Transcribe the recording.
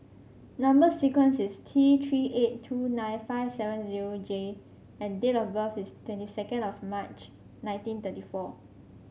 number sequence is T Three eight two nine five seven zero J and date of birth is twenty second of March nineteen thirty four